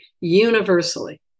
universally